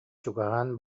чугаһаан